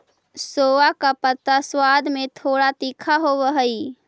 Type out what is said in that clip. सोआ का पत्ता स्वाद में थोड़ा तीखा होवअ हई